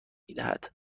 میدهند